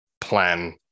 plan